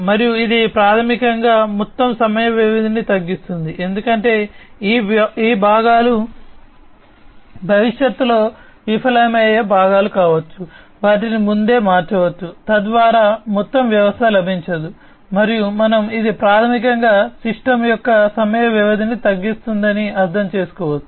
మరియు ఇది ప్రాథమికంగా మొత్తం సమయ వ్యవధిని తగ్గిస్తుంది ఎందుకంటే ఈ భాగాలు భవిష్యత్తులో విఫలమయ్యే భాగాలు కావచ్చు వాటిని ముందే మార్చవచ్చు తద్వారా మొత్తం వ్యవస్థ లభించదు మరియు మనం ఇది ప్రాథమికంగా సిస్టమ్ యొక్క సమయ వ్యవధిని తగ్గిస్తుందని అర్థం చేసుకోవచ్చు